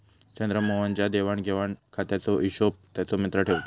चंद्रमोहन च्या देवाण घेवाण खात्याचो हिशोब त्याचो मित्र ठेवता